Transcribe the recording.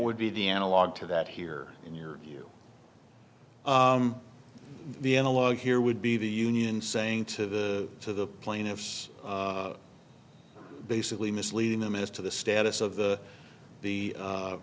would be the analog to that here in your view the analog here would be the union saying to the to the plaintiffs basically misleading them as to the status of the